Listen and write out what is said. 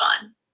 fun